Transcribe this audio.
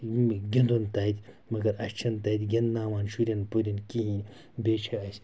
گِنٛدُن تَتہِ مگر اَسہِ چھِنہٕ تَتہِ گِنٛدناوان شُرٮ۪ن پُریٚن کِہیٖنۍ بیٚیہِ چھِ اَسہِ